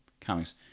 comics